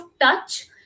touch